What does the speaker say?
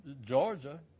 Georgia